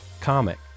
comic